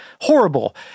horrible